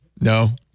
No